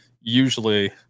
usually